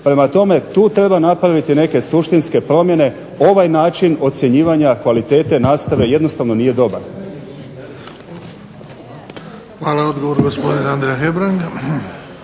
Prema tome, tu treba napraviti neke suštinske promjene. Ovaj način ocjenjivanja kvalitete nastave jednostavno nije dobar. **Bebić, Luka (HDZ)** Hvala. Odgovor gospodin Andrija Hebrang.